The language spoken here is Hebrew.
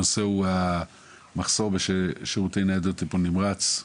הנושא הוא המחסור בשירותי ניידות טיפול נמרץ,